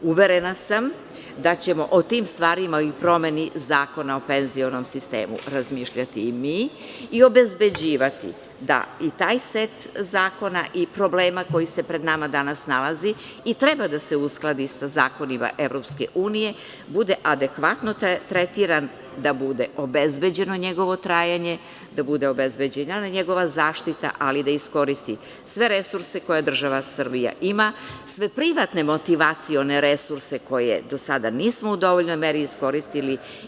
Uverena sam da ćemo o tim stvarima i o promeni Zakona o penzionom sistemu razmišljati i mi i obezbeđivati da i taj set zakona i problema koji se pred nama danas nalazi i treba da se uskladi sa zakonima EU, bude adekvatno tretiran, da bude obezbeđeno njegovo trajanje, da bude obezbeđena njegova zaštita, ali da iskoristi sve resurse koje država Srbija ima, sve privatne motivacione resurse koje do sada nismo u dovoljnoj meri iskoristili.